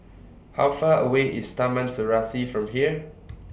How Far away IS Taman Serasi from here